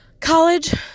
college